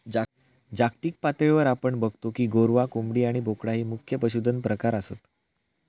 जागतिक पातळीवर आपण बगतो की गोरवां, कोंबडी आणि बोकडा ही मुख्य पशुधन प्रकार आसत